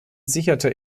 sicherte